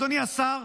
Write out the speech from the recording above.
אדוני השר,